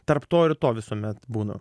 tarp to ir to visuomet būnu